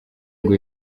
ngo